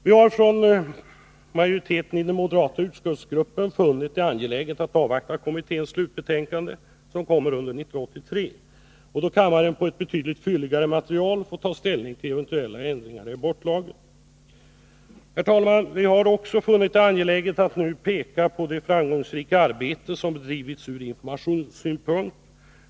Vi har från majoritetens sida i den moderata utskottsgruppen funnit det angeläget att avvakta kommitténs slutbetänkande, som kommer att avlämnas under 1983, då kammaren med ett betydligt fylligare material som grund får ta ställning till eventuella ändringar i abortlagen. Herr talman! Vi har också funnit det angeläget att nu peka på det framgångsrika arbete som bedrivits ur informationssynpunkt.